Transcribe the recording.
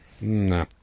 No